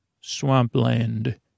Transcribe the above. swampland